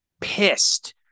pissed